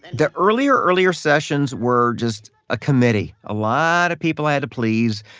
the earlier, earlier sessions were just a committee. a lot of people i had to please,